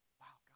wow